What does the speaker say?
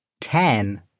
Ten